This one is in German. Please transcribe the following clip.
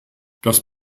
das